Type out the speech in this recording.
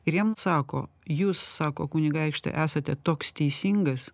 ir jam sako jūs sako kunigaikšti esate toks teisingas